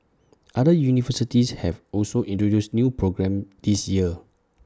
other universities have also introduced new programmes this year